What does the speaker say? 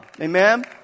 Amen